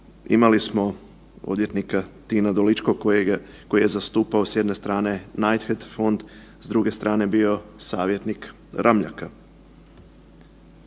imali smo odvjetnika Tina Doličkog koji je zastupao s jedne strane najthed fond, s druge bio savjetnik Ramljaka.